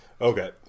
okay